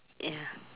ya